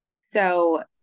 So-